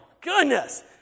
goodness